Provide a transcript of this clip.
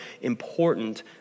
important